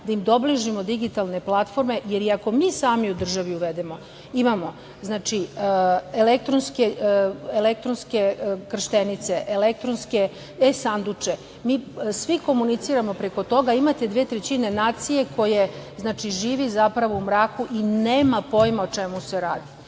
da dobližimo digitalne platforme, jer ako mi sami u državi uvedemo, imamo elektronske krštenice, elektronske e sanduče, mi komuniciramo preko toga, imate preko dve trećine nacije koja živi u mraku i nema pojma o čemu se radi. To